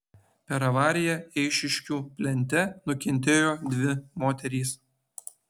per avariją eišiškių plente nukentėjo dvi moterys